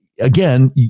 Again